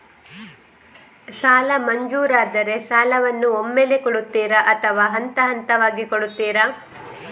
ಸಾಲ ಮಂಜೂರಾದರೆ ಸಾಲವನ್ನು ಒಮ್ಮೆಲೇ ಕೊಡುತ್ತೀರಾ ಅಥವಾ ಹಂತಹಂತವಾಗಿ ಕೊಡುತ್ತೀರಾ?